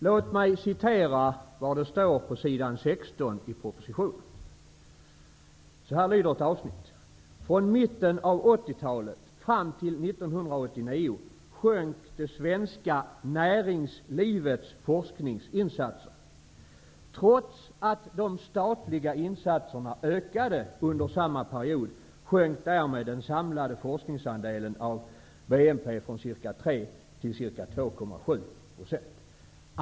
Låt mig citera från s. 16 i propositionen: ''Från mitten av 1980-talet fram till 1989 sjönk det svenska näringslivets forskningsinsatser. Trots att de statliga insatserna ökade under samma period sjönk därmed den samlade forskningsandelen av BNP från ca 3 till ca 2,7 procent.